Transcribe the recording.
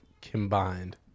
combined